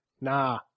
nah